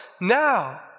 now